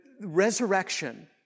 resurrection